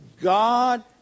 God